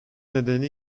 nedeni